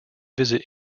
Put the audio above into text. visit